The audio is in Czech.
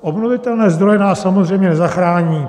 Obnovitelné zdroje nás samozřejmě nezachrání.